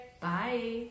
Bye